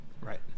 right